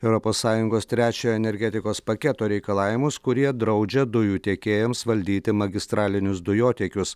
europos sąjungos trečiojo energetikos paketo reikalavimus kurie draudžia dujų tiekėjams valdyti magistralinius dujotiekius